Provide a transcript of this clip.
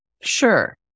Sure